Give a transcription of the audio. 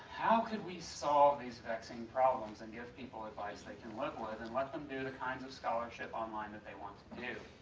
how could we solve these vexing problems and give people advice they can live with and let them do the kinds of scholarship online that they want to do.